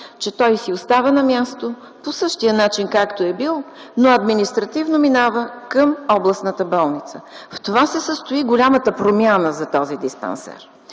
че той си остава на място и работи по същия начин, както е било, но административно минава към областната болница. В това се състои голямата промяна за този диспансер.